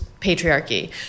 patriarchy